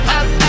up